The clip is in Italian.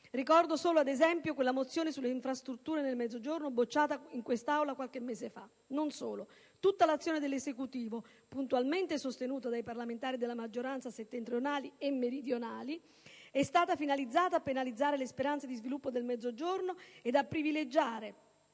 Ricordo solo, ad esempio, la mozione sulle infrastrutture nel Mezzogiorno, bocciata in quest'Aula qualche mese fa. Non solo, tutta l'azione dell'Esecutivo, puntualmente sostenuto dai parlamentari della maggioranza, settentrionali e meridionali, è stata finalizzata a penalizzare le speranze di sviluppo del Mezzogiorno e a privilegiare,